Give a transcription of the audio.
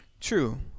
True